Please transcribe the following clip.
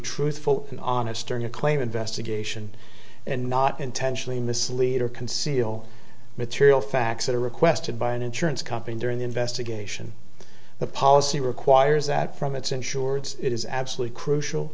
truthful and honest earn a claim investigation and not intentionally mislead or conceal material facts that are requested by an insurance company during the investigation the policy requires that from its insured it is absolutely crucial